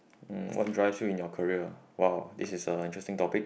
mm what drives you in your career !wow! this is an interesting topic